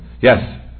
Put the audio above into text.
Yes